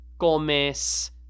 Comes